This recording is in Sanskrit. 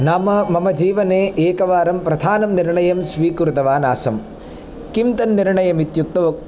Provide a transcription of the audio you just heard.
नाम मम जीवने एकवारं प्रधानं निर्णयं स्वीकृतवान् आसं किं तद् निर्णयम् इत्युक्तौ